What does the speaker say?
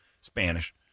Spanish